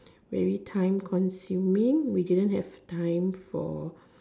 very time consuming we didn't have time for